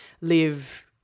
live